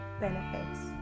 benefits